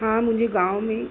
हा मुंहिंजे गांव में